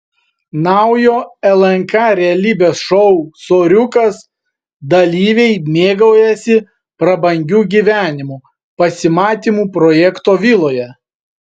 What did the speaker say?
naujo lnk realybės šou soriukas dalyviai mėgaujasi prabangiu gyvenimu pasimatymų projekto viloje